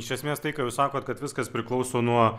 iš esmės tai ką jūs sakot kad viskas priklauso nuo